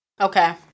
okay